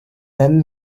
then